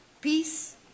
peace